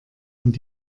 und